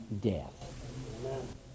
death